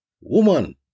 Woman